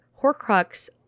Horcrux